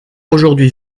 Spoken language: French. aujourd’hui